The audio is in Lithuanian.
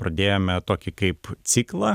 pradėjome tokį kaip ciklą